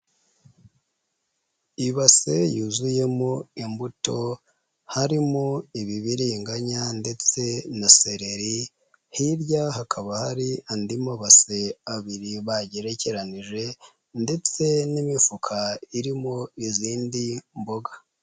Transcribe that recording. Ibase yuzuyemo imbuto, harimo ibibiringanya ndetse na sereri, hirya hakaba hari andi mabasi abiri bagerekeranije ndetse n'imifuka irimo izindi mboga.